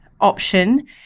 option